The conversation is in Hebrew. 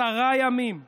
עשרה ימים לתמונות,